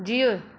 जीउ